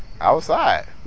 Outside